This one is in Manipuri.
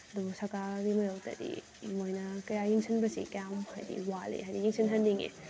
ꯑꯗꯨꯕꯨ ꯁꯔꯀꯥꯔꯒꯤ ꯃꯥꯏꯌꯣꯛꯇꯗꯤ ꯃꯣꯏꯅ ꯀꯌꯥ ꯌꯦꯡꯁꯤꯟꯕꯁꯤ ꯀꯌꯥꯝ ꯍꯥꯏꯗꯤ ꯋꯥꯠꯂꯤ ꯍꯥꯏꯗꯤ ꯌꯦꯡꯁꯤꯟꯍꯟꯅꯤꯡꯉꯤ